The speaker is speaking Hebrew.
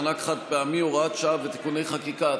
מענק חד-פעמי) (הוראת שעה ותיקוני חקיקה),